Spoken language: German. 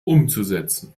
umzusetzen